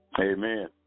Amen